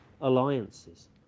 alliances